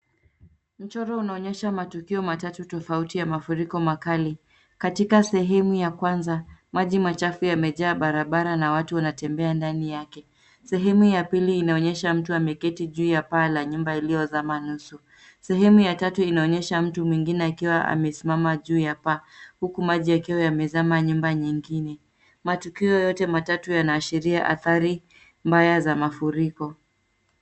Mchoro unaonyesha matukio matatu tofauti ya mafuriko makali. Katika sehemu ya kwaza, maji machafu yamejaa barabara na watu wanatembea ndani yake. Sehemu ya pili inaonyesha mtu ameketi juu ya paa la nyumba iliyozama nusu. Sehemu ya tatu inaonyesha mtu mwingine akiwa amesimama juu ya paa uku maji yakiwa yamezama nyumba nyingine. Matukio yote matatu yanaashiria hadhari mbaya za mafuriko.